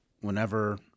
whenever